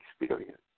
experience